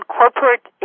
corporate